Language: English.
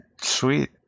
Sweet